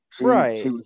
Right